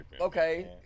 okay